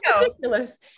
ridiculous